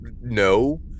no